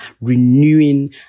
renewing